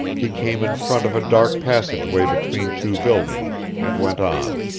he came in front of a dark passageway between two buildings, and went on.